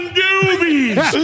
doobies